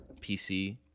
PC